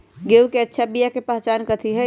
गेंहू के अच्छा बिया के पहचान कथि हई?